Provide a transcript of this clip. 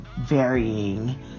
varying